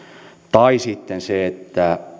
sitten